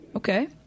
Okay